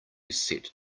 set